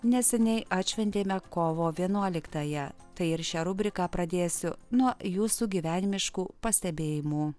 neseniai atšventėme kovo vienuoliktąją tai ir šią rubriką pradėsiu nuo jūsų gyvenimiškų pastebėjimų